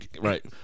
Right